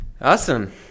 Awesome